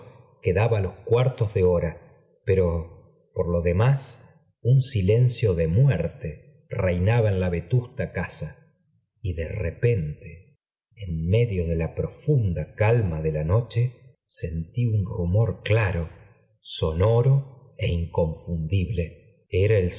daba los cuartos de hora pero por lo demáb un silencio de muerte reinaba en la vetusta casa y de repente en medio de la profunda calma de la noche sentí un rumor claro sonoro é inconfundible era el sollozar